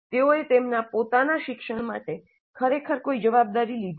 તેઓએ તેમના પોતાના શિક્ષણ માટે ખરેખર કોઈ જવાબદારી લીધી નથી